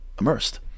immersed